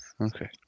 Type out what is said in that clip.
Okay